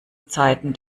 zeiten